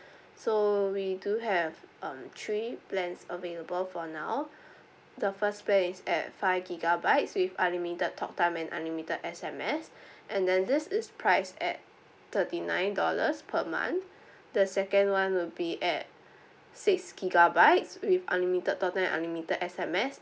so we do have um three plans available for now the first plan is at five gigabytes with unlimited talk time and unlimited S_M_S and then this is priced at thirty nine dollars per month the second one will be at six gigabytes with unlimited talk time unlimited S_M_S